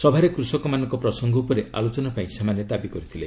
ସଭାରେ କୃଷକମାନଙ୍କ ପ୍ରସଙ୍ଗ ଉପରେ ଆଲୋଚନା ପାଇଁ ସେମାନେ ଦାବି କରିଥିଲେ